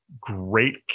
great